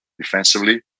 defensively